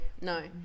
no